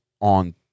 on